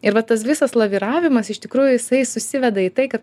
ir bet tas visas laviravimas iš tikrųjų jisai susiveda į tai kad